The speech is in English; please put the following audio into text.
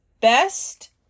best